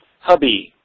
Hubby